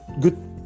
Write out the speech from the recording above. good